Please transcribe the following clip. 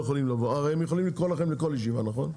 הרי הם יכולים לקרוא לכם לכל ישיבה, נכון?